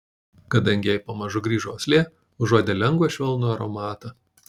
kadangi jai pamažu grįžo uoslė užuodė lengvą švelnų aromatą